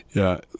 yeah.